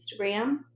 Instagram